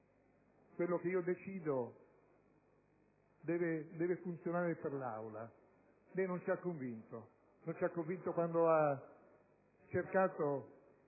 «quello che io decido deve funzionare per l'Aula». Lei non ci ha convinto. Non ci ha convinto quando ha cercato